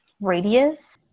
radius